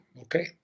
okay